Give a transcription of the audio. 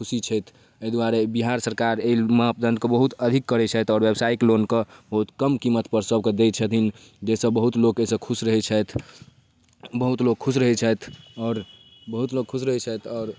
खुशी छथि एहि दुआरे बिहार सरकार एहि मापदंडके बहुत अधिक करै छथि आओर व्यवसायिक लोनके बहुत कम कीमत पर सबके दै छथिन जाहिसऽ बहुत लोक एहिसऽ खुश रहै छथि बहुत लोक खुश रहै छथि आओर बहुत लोक खुश रहय छथ आओर